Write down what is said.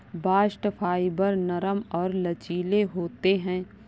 bast fibre नरम और लचीले होते हैं